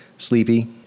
sleepy